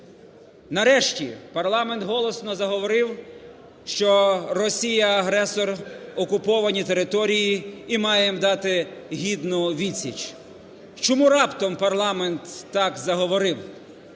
Нарешті парламент голосно заговорив, що Росія – агресор, окуповані території, і маємо дати гідну відсіч. Чому раптом парламент так заговорив: